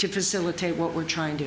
to facilitate what we're trying to